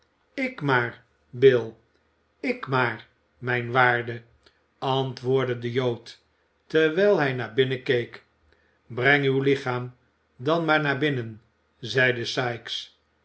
ik maar bill ik maar mijn waarde antwoordde de jood terwijl hij naar binnen keek breng uw lichaam dan maar naar binnen zeide sikes